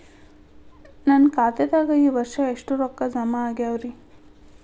ನನ್ನ ಖಾತೆದಾಗ ಈ ವರ್ಷ ಎಷ್ಟು ರೊಕ್ಕ ಜಮಾ ಆಗ್ಯಾವರಿ?